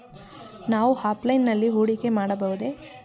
ನಾವು ಆಫ್ಲೈನ್ ನಲ್ಲಿ ಹೂಡಿಕೆ ಮಾಡಬಹುದೇ?